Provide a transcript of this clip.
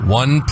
one